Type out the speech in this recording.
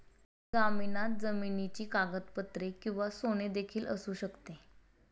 जामिनात जमिनीची कागदपत्रे किंवा सोने देखील असू शकते